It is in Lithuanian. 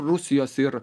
rusijos ir